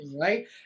right